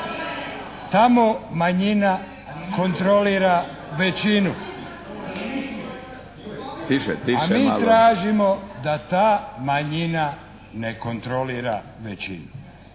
tamo manjina kontrolira većinu, a mi tražimo da ta manjina ne kontrolira većinu.